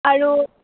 আৰু